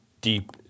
deep